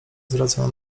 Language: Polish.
zwracał